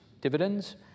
dividends